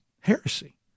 heresy